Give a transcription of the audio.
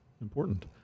important